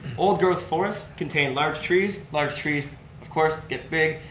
old growth forests contain large trees, large trees of course get big,